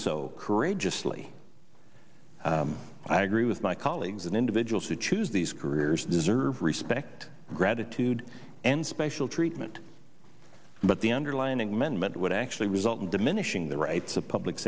so courageously i agree with my colleagues and individuals who choose these careers deserve respect gratitude and special treatment but the underlining men meant what actually result in diminishing the rights of public